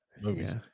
movies